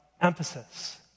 emphasis